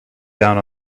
down